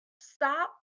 Stop